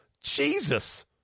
Jesus